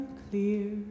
clear